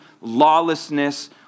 lawlessness